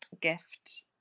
gift